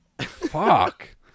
fuck